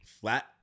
flat